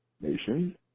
nation